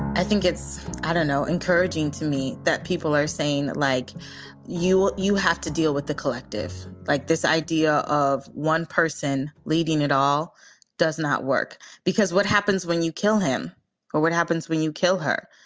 i think it's i don't know, encouraging to me that people are saying, like you, you have to deal with the collective, like this idea of one person leading at all does not work because what happens when you kill him or what happens when you kill her?